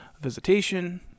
visitation